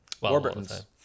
Warburton's